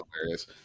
hilarious